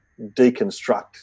deconstruct